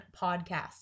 podcast